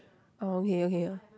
oh okay okay